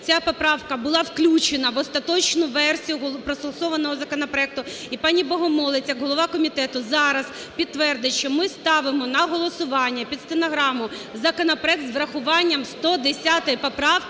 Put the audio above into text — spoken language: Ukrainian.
ця поправка була включена в остаточну версію проголосованого законопроекту. І пані Богомолець як голова комітету зараз підтвердить, що ми ставимо на голосування, під стенограму, законопроект з врахуванням 110 поправки,